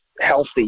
healthy